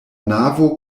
navo